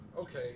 Okay